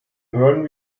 hören